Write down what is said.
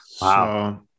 Wow